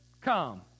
come